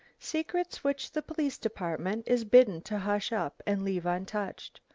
secrets which the police department is bidden to hush up and leave untouched.